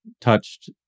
touched